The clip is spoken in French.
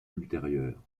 ultérieur